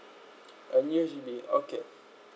a new H_D_B okay